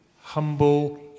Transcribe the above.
humble